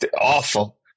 awful